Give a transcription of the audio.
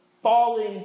Falling